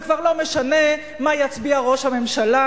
זה כבר לא משנה מה יצביע ראש הממשלה.